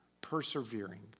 persevering